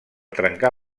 trencar